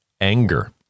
anger